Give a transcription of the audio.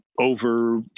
over